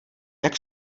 jak